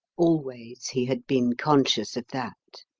always he had been conscious of that